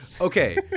Okay